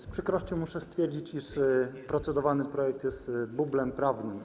Z przykrością muszę stwierdzić, iż procedowany projekt jest bublem prawnym.